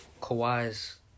Kawhi's